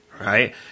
right